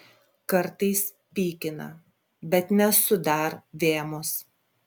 kartais pykina bet nesu dar vėmus